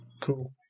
Cool